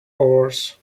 oars